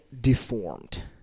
deformed